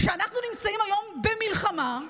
שאנחנו נמצאים היום במלחמה,